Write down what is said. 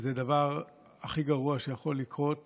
וזה הדבר הכי גרוע שיכול לקרות